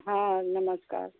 हाँ नमस्कार